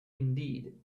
indeed